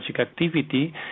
activity